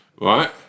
right